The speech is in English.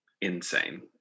insane